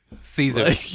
Caesar